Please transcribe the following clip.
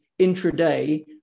intraday